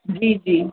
जी जी